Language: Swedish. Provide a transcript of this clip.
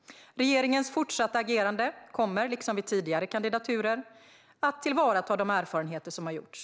Regeringens fortsatta agerande kommer, liksom vid tidigare kandidaturer, att ta till vara de erfarenheter som har gjorts.